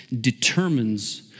determines